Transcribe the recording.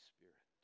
Spirit